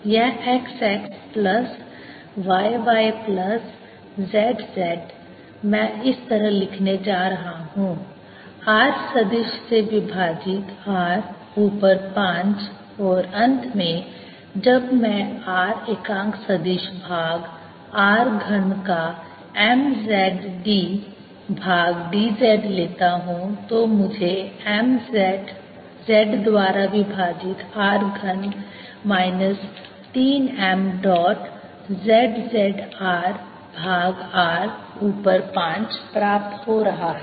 यह xx plus yy plus zz मैं इस तरह लिखने जा रहा हूँ r सदिश से विभाजित r ऊपर 5 और अंत में जब मैं r एकांक सदिश भाग r घन का m z d भाग dz लेता हूँ तो मुझे mz z द्वारा विभाजित r घन minus 3 m dot z z r भाग r ऊपर 5 प्राप्त हो रहा है